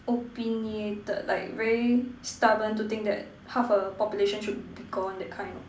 opinionated like very stubborn to think that half a population should be gone that kind